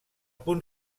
punt